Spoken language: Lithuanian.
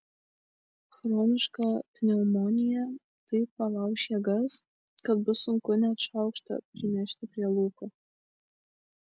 chroniška pneumonija taip palauš jėgas kad bus sunku net šaukštą prinešti prie lūpų